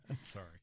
Sorry